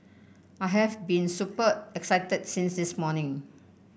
I have been super excited since this morning